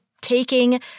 taking